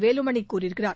வேலுமணி கூறியிருக்கிறார்